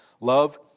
Love